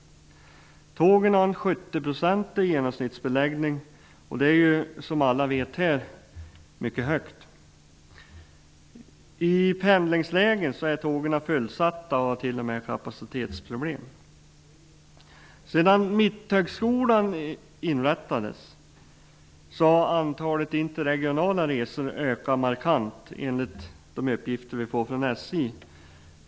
Tågen har en sjuttioprocentig genomsnittsbeläggning. Det är som alla vet här en hög siffra. På pendelsträckorna är tågen fullsatta och har t.o.m. kapacitetsproblem. Sedan Mitthögskolan inrättades har enligt de uppgifter som har kommit från SJ antalet interregionala resor ökat markant.